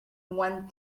one